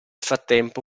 frattempo